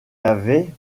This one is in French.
avait